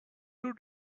two